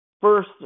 First